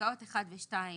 "פסקאות (1) ו-(2)